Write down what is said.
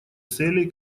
целей